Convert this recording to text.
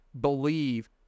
believe